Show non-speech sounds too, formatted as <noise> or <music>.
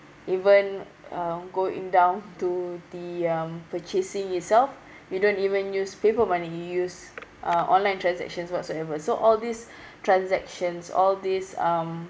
even uh going down to the um purchasing itself you don't even use paper money use uh online transactions whatsoever so all these <breath> transactions all this um